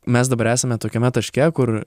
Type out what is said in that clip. mes dabar esame tokiame taške kur